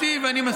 זה אפס חרדים.